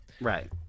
Right